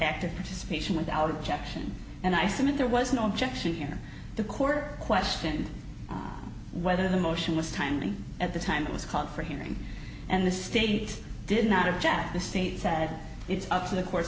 active participation without objection and i submit there was no objection here the court questioned whether the motion was timely at the time it was called for hearing and the state did not have jeff the state said it's up to the courts